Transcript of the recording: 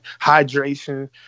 hydration